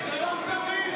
42 בעד,